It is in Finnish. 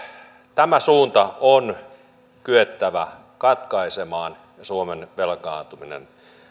tämä suunta on kyettävä katkaisemaan suomen velkaantuminen